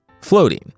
floating